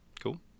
cool